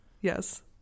Yes